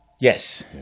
Yes